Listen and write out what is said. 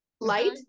light